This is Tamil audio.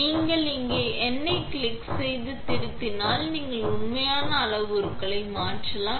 நீங்கள் இங்கே எண்ணை கிளிக் செய்து திருத்தினால் நீங்கள் உண்மையான அளவுருக்களை மாற்றலாம்